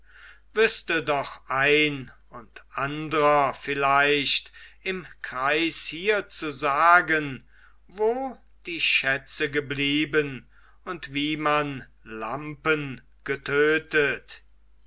wüßte doch ein und andrer vielleicht im kreis hier zu sagen wo die schätze geblieben und wie man lampen getötet